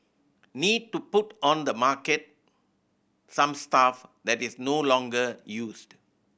need to put on the market some stuff that is no longer used